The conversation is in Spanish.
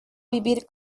vivir